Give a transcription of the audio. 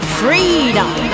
freedom